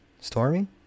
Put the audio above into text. Stormy